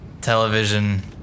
television